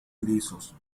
lisos